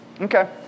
Okay